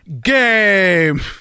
game